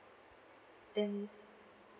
then